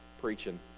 preaching